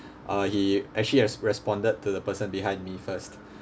uh he actually has responded to the person behind me first